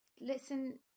listen